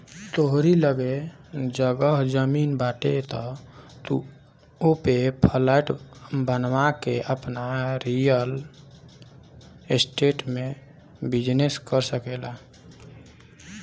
तोहरी लगे जगह जमीन बाटे तअ तू ओपे फ्लैट बनवा के आपन रियल स्टेट में बिजनेस कर सकेला